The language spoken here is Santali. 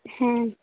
ᱦᱮᱸ